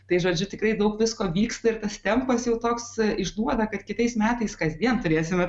tai žodžiu tikrai daug visko vyksta ir tas tempas jau toks išduoda kad kitais metais kasdien turėsime